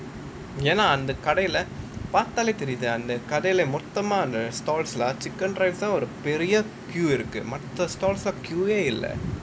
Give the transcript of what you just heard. ஏனா அந்த கடைல பாத்தாலே தெரீது அந்த கடைல மொத்தமான:yaenaa antha kadaila paathalae thereethu antha kadaila mothamaana stalls எல்லாம்:ellaam chicken rice தான் ஒரு பெரிய:thaan oru periya queue இருக்கு மத்த:irukku matha stalls எல்லாம்:ellaam queue இல்ல:illa